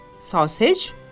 sausage